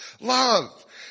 Love